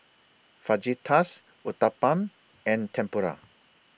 Fajitas Uthapam and Tempura